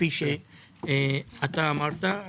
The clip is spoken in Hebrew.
כפי שאתה אמרת,